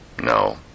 No